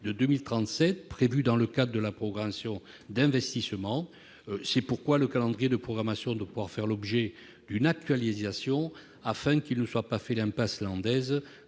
de 2037 prévue dans le cadre de la programmation d'investissement. C'est pourquoi le calendrier de programmation doit pouvoir faire l'objet d'une actualisation, afin qu'il ne soit pas fait d'impasse landaise